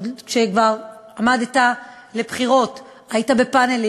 כשעמדת לבחירות היית בפאנלים,